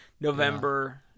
november